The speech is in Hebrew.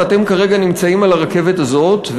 ואתם כרגע נמצאים על הרכבת הזאת,